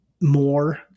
more